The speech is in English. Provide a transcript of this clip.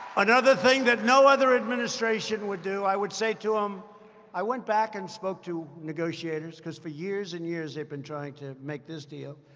another thing that no other administration would do i would say to them um i went back and spoke to negotiators, because for years and years, they've been trying to make this deal.